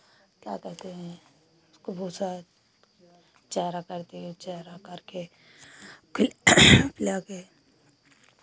क्या कहते हैं उसको भूसा चारा करती हूँ चारा करके फिर पिला के